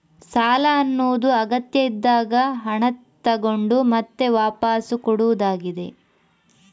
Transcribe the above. ಸಾಲ ಅನ್ನುದು ಅಗತ್ಯ ಇದ್ದಾಗ ಹಣ ತಗೊಂಡು ಮತ್ತೆ ವಾಪಸ್ಸು ಕೊಡುದಾಗಿದೆ